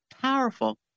Powerful